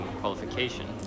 qualification